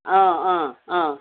ꯑꯥ ꯑꯥ ꯑꯥ